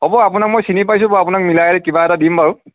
হ'ব আপোনাক মই চিনি পাইছোঁ বাৰু আপোনাক মিলাই কিবা এটা দিম বাৰু